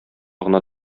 гына